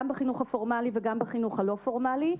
גם בחינוך הפורמלי וגם בחינוך הלא פורמלי.